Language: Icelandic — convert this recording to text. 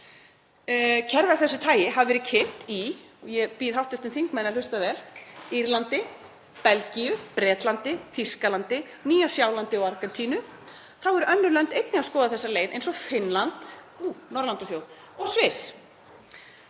Kerfi af þessu tagi hafa verið kynnt í, og ég bið hv. þingmann að hlusta vel: Írlandi, Belgíu, Bretlandi, Þýskalandi, Nýja-Sjálandi og Argentínu. Eru önnur lönd einnig að skoða þessa leið eins og Finnland — sem